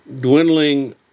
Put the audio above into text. dwindling